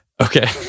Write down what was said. okay